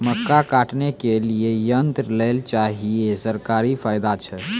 मक्का काटने के लिए यंत्र लेल चाहिए सरकारी फायदा छ?